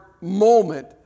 moment